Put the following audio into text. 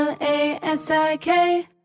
L-A-S-I-K